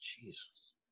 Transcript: Jesus